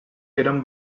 eren